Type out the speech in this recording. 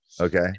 Okay